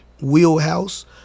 wheelhouse